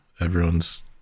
everyone's